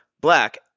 Black